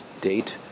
date